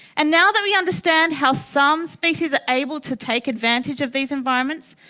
and now that we understand how some species are able to take advantage of these environments,